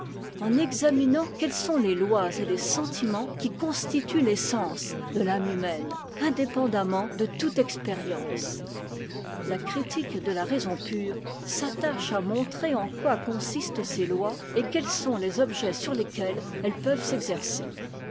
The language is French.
en examinant quelles sont les lois et les sentiments qui constituent l'essence de l'âme humaine indépendamment de toute expérience la critique de la raison pure s'attache à montrer en quoi consistent ces lois et quels sont les objets sur lesquels elles peuvent s'exercer